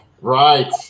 Right